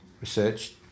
research